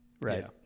Right